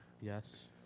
yes